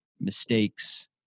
mistakes